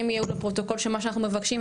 יהיו בפרוטוקול של מה שאנחנו מבקשים,